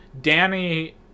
Danny